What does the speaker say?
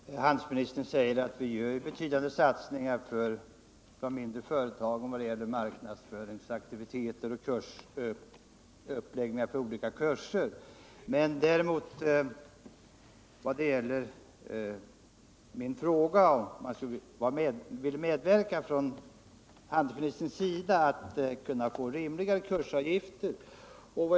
Herr talman! Handelsministern säger att vi gör betydande satsningar för de mindre företagen i form av marknadsföringsaktiviteter och uppläggning av olika kurser. Min fråga gällde emellertid om han vill medverka till att det blir rimligare kursavgifter.